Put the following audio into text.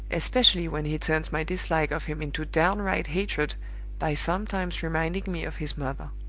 especially when he turns my dislike of him into downright hatred by sometimes reminding me of his mother.